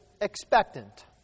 expectant